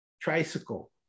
tricycle